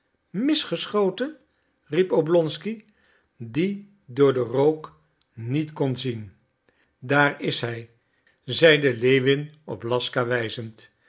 mogelijk misgeschoten riep oblonsky die door den rook niet kon zien daar is hij zeide lewin op laska wijzend